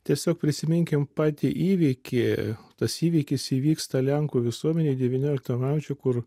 tiesiog prisiminkim patį įvykį tas įvykis įvyksta lenkų visuomenėj devynioliktam amžiui kur